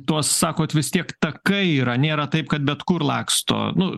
tuos sakot vis tiek takai yra nėra taip kad bet kur laksto nu